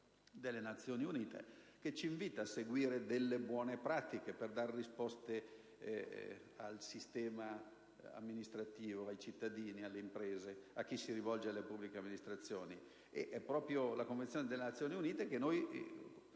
delle Nazioni Unite ci invita a seguire delle buone pratiche per dare risposte al sistema amministrativo, ai cittadini, alle imprese, a chi si rivolge alle pubbliche amministrazioni. È proprio la Convenzione delle Nazioni Unite che noi